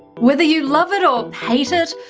whether you love it or hate it,